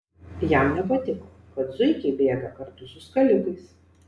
jam nepatiko kad zuikiai bėga kartu su skalikais